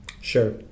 Sure